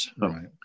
Right